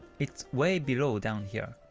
it's way below down here.